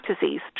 disease